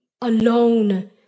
alone